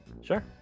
Sure